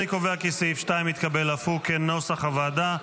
אני קובע כי סעיף 2, כנוסח הוועדה,